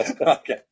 Okay